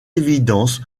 évidence